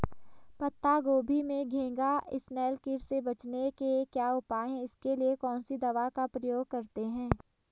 पत्ता गोभी में घैंघा इसनैल कीट से बचने के क्या उपाय हैं इसके लिए कौन सी दवा का प्रयोग करते हैं?